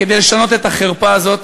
כדי לשנות את החרפה הזאת.